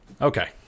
Okay